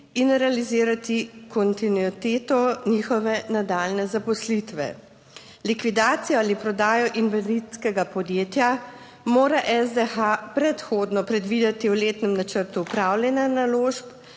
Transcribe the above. in realizirati kontinuiteto njihove nadaljnje zaposlitve. Likvidacijo ali prodajo invalidskega podjetja mora SDH predhodno predvideti v letnem načrtu upravljanja naložb,